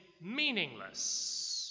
meaningless